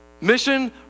Mission